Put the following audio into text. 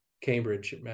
cambridge